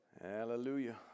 hallelujah